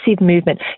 movement